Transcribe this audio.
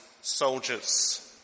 soldiers